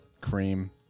cream